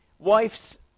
wife's